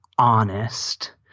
honest